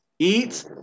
eat